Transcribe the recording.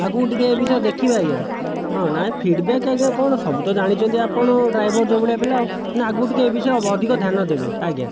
ଆଗକୁ ଟିକେ ଏ ବିଷୟରେ ଦେଖିବେ ଆଜ୍ଞା ହଁ ନାଇଁ ଫିଡ଼ବ୍ୟାକ ଆଜ୍ଞା କଣ ସବୁତ ଜାଣିଛନ୍ତି ଆପଣ ଡ୍ରାଇଭର ଯେଉଁ ଭଳିଆ ପିଲା ଆଉ ନା ଆଗକୁ ଏ ବିଷୟରେ ଟିକେ ଅଧିକ ଧ୍ୟାନ ଦେବେ ଆଜ୍ଞା